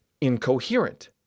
incoherent